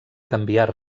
canviar